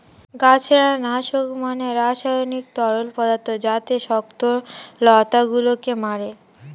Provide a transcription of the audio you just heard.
গাছড়া নাশক মানে রাসায়নিক তরল পদার্থ যাতে শক্ত লতা গুলোকে মারে